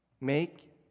make